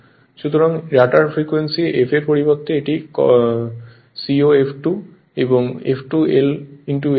সুতরাং rotor frequency f এর পরিবর্তে এটি coF2 এবং F2 L এখানে sf হবে